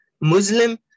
Muslim